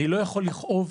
אני לא יכול לכאוב,